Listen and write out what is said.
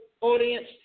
audience